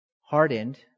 hardened